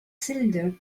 cylinder